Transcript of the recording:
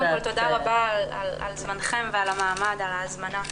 זמנכם ועל המעמד, על ההזמנה.